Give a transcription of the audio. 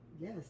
Yes